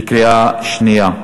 בקריאה שנייה.